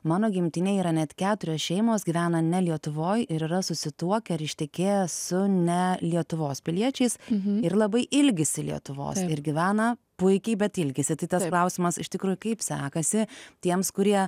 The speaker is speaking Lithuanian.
mano gimtinėj yra net keturios šeimos gyvena ne lietuvoj ir yra susituokę ar ištekės su ne lietuvos piliečiais ir labai ilgisi lietuvos ir gyvena puikiai bet ilgisi tai tas klausimas iš tikrųjų kaip sekasi tiems kurie